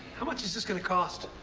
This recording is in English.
how much is this gonna cost?